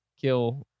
kill